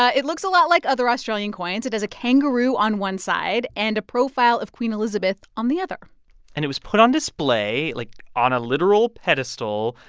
it looks a lot like other australian coins. it has a kangaroo on one side and a profile of queen elizabeth on the other and it was put on display, like, on a literal pedestal,